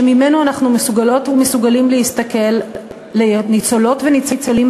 שממנו אנחנו מסוגלות ומסוגלים להסתכל לניצולות וניצולים